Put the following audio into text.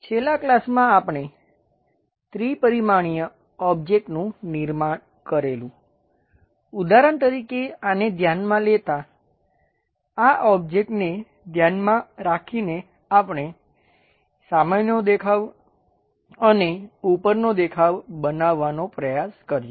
છેલ્લા ક્લાસમાં આપણે ત્રિ પરિમાણીય ઓબ્જેક્ટનું નિર્માણ કરેલું ઉદાહરણ તરીકે આને ધ્યાનમાં લેતા આ ઓબ્જેક્ટને ધ્યાનમાં રાખીને આપણે સામેનો દેખાવ અને ઉપરનો દેખાવ બનાવવાનો પ્રયાસ કર્યો